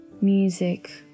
music